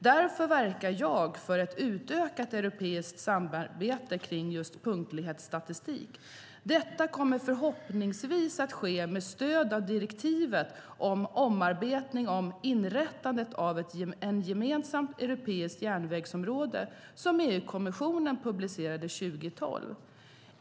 Därför verkar jag för ett utökat europeiskt samarbete kring just punktlighetsstatistik. Detta kommer förhoppningsvis att ske med stöd av direktivet om omarbetning om inrättandet av ett gemensamt europeiskt järnvägsområde, som EU-kommissionen publicerade 2012.